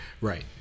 right